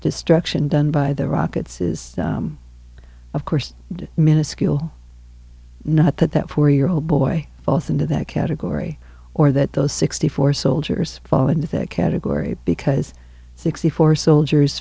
destruction done by the rockets is of course miniscule not that that four year old boy falls into that category or that those sixty four soldiers fall into that category because sixty four soldiers